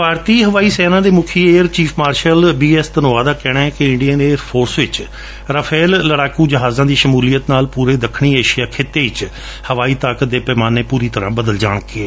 ਭਾਰਤੀ ਹਵਾਈ ਸੈਨਾ ਦੇ ਮੁਖੀ ਏਅਰ ਚੀਫ ਮਾਰਸ਼ਲ ਬੀਐਸਧਨੋਆ ਦਾ ਕਹਿਣੈ ਕਿ ਇੰਡੀਅਨ ਏਅਰ ਫੋਰਸ ਵਿੱਚ ਰਾਫੇਲ ਲੜਾਕੁ ਜਹਾਜਾਂ ਦੀ ਸ਼ਮੁਲੀਅਤ ਨਾਲ ਪੁਰੇ ਦੱਖਣੀ ਏਸ਼ੀਆ ਖਿੱਤੇ ਵਿੱਚ ਹਵਾਈ ਤਾਕਤ ਦੈ ਪੈਮਾਨੇ ਪੂਰੀ ਤਰ੍ਹਾਂ ਬਦਲ ਜਾਣਗੇ